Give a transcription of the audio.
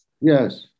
Yes